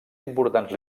importants